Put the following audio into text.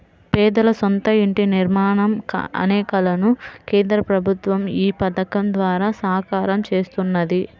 పేదల సొంత ఇంటి నిర్మాణం అనే కలను కేంద్ర ప్రభుత్వం ఈ పథకం ద్వారా సాకారం చేస్తున్నది